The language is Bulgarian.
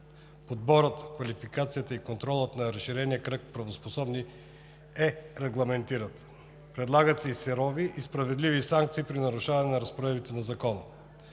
Подборът, квалификацията и контролът на разширения кръг правоспособни е регламентиран. Предлагат се и сурови, и справедливи санкции при нарушаване разпоредбите на Закона.